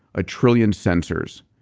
a trillion sensors.